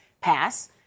pass